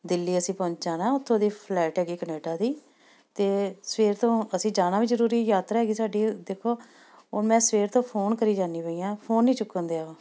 ਦਿੱਲੀ ਅਸੀਂ ਪਹੁੰਚਾਉਣਾ ਉਥੋਂ ਦੀ ਫਲੈਟ ਹੈਗੀ ਕਨੇਡਾ ਦੀ ਅਤੇ ਸਵੇਰ ਤੋਂ ਅਸੀਂ ਜਾਣਾ ਵੀ ਜ਼ਰੂਰੀ ਯਾਤਰਾ ਹੈਗੀ ਸਾਡੀ ਦੇਖੋ ਉਹ ਮੈਂ ਸਵੇਰ ਤੋਂ ਫੋਨ ਕਰੀ ਜਾਂਦੀ ਪਈ ਹਾਂ ਫੋਨ ਨਹੀਂ ਚੁੱਕਣ ਦਿਆ ਉਹ